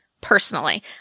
personally